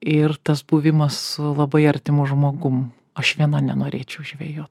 ir tas buvimas su labai artimu žmogum aš viena nenorėčiau žvejot